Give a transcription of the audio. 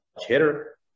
hitter